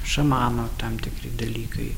šamano tam tikri dalykai